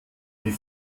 die